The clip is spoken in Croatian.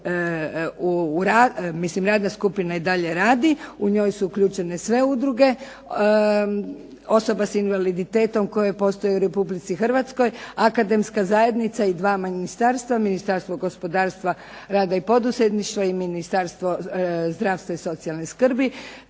mislim radna skupina i dalje radi, u njoj su uključene sve udruge osoba s invaliditetom koja postoji u Republici Hrvatska akademska zajednica i dva ministarstva, Ministarstvo gospodarstva, rada i poduzetništva i Ministarstvo zdravstva i socijalne skrbi,